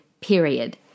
period